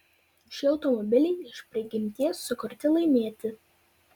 šie automobiliai iš prigimties sukurti laimėti